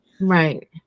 Right